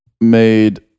made